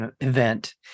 event